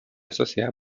sociedad